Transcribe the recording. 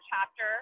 chapter